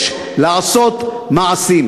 יש לעשות מעשים".